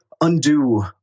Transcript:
undo